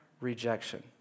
rejection